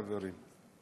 חברים.